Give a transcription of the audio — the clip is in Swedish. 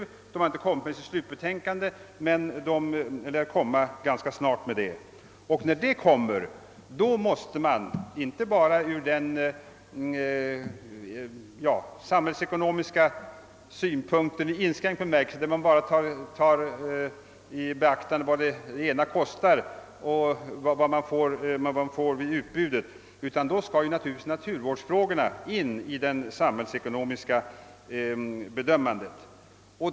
Kommittén har ännu inte framlagt sitt slutbetänkande men det lär framläggas ganska snart. När det kommer, måste man inte bara se det ur den samhällsekonomiska synpunkten i inskränkt bemärkelse, där man bara beaktar vad det kostar och vad man får vid utbudet, utan då skall naturligtvis naturvårdsfrågorna tas i betraktande vid den totala samhällsekonomiska bedömningen.